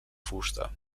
fusta